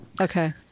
Okay